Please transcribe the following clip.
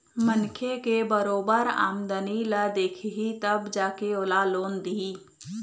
मनखे के बरोबर आमदनी ल देखही तब जा के ओला लोन दिही